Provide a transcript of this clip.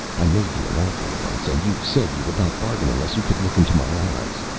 i made you an offer once, and you said you would not bargain unless you could look into my eyes.